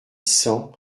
cent